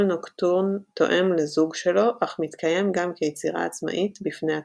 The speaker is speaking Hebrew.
נוקטורן תואם לזוג שלו אך מתקיים גם כיצירה עצמאית בפני עצמה.